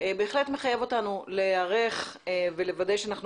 בהחלט מחייב אותנו להיערך ולוודא שאנחנו